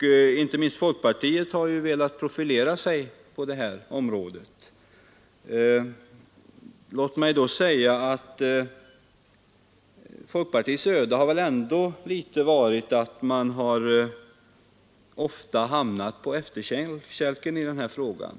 Inte minst folkpartiet har velat profilera sig på det här området. Men låt mig säga att folkpartiets öde väl ändå har varit att man ofta hamnat på efterkälken i den här frågan.